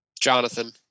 Jonathan